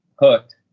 hooked